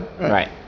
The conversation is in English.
Right